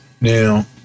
Now